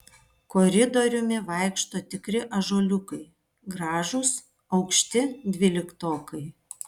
koridoriumi vaikšto tikri ąžuoliukai gražūs aukšti dvyliktokai